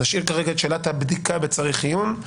נשאיר כרגע את חובת הבדיקה ב"-צריך עיון".